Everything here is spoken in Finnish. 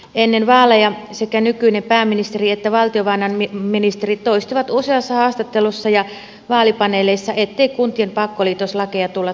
ennen vaaleja sekä nykyinen pääministeri että valtiovarainministeri toistivat useassa haastattelussa ja vaalipaneeleissa ettei kuntien pakkoliitoslakeja tulla toteuttamaan